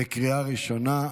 בקריאה ראשונה.